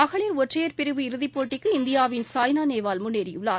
மகளிர் ஒற்றையர் பிரிவு இறுதிப்போட்டிக்கு இந்தியாவின் சாய்னா நேவல் முன்னேறியுள்ளார்